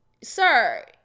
sir